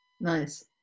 Nice